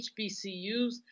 hbcus